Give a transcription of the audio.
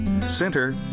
Center